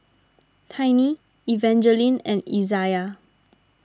Tiny Evangeline and Izayah